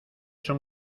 son